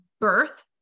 birth